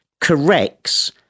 corrects